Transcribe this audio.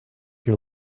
your